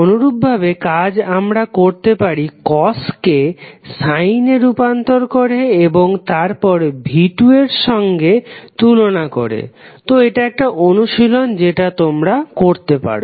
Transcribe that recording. অনুরূপভাবে কাজ আমরা করতে পারি কসকে সাইনে রুপান্তর করে এবং তার পর v2 এর সঙ্গে তুলনা করে তো এটা একটা অনুশীলন যেটা তোমরা করতে পারো